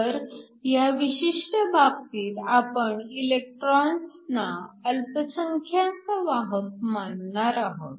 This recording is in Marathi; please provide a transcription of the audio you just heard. तर ह्या विशिष्ट बाबतीत आपण इलेकट्रॉन्सना अल्पसंख्यांक वाहक मानणार आहोत